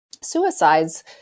suicides